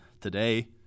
today